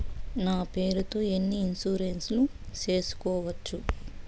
నా పేరుతో ఎన్ని ఇన్సూరెన్సులు సేసుకోవచ్చు?